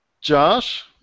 Josh